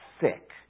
sick